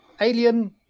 Alien